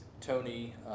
Tony